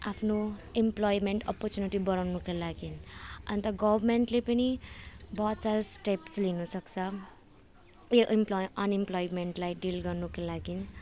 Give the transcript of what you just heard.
आफ्नो employment opportunity बढाउनुको लागि अन्त गभर्मेन्टले पनि बहुत सारा स्टेप्स लिनुसक्छ उयो एमप्लोइ अनएमप्लोइमेन्टलाई डिल गर्नुको लागि